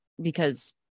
because-